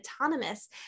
autonomous